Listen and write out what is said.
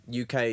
UK